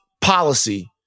policy